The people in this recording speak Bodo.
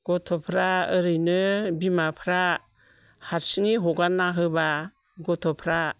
गथ'फ्रा ओरैनो बिमाफ्रा हारसिङै हगारना होब्ला गथ'फ्रा